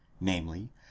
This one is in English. namely